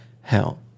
Hell